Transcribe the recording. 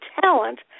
talent